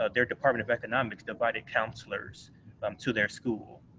ah their department of economics invited counselors um to their school.